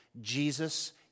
Jesus